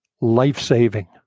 life-saving